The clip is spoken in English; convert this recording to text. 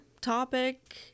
topic